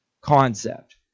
concept